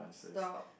stop